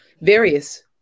various